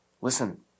Listen